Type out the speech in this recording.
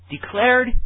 Declared